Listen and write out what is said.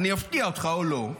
אני אפתיע אותך או לא,